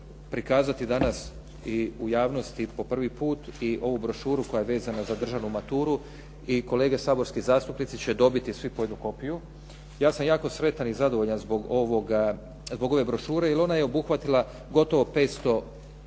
prikazati danas i u javnosti po prvi put i ovu brošuru koja je vezana za državnu maturu i kolege saborski zastupnici će dobiti svi po jednu kopiju. Ja sam jako sretan i zadovoljan zbog ove brošure, jer ona je obuhvatila gotovo 500